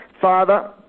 Father